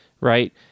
Right